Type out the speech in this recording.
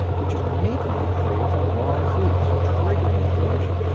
which is making your crave the wrong foods triggering inflammation.